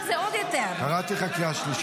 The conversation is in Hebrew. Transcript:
רגע.